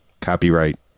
copyright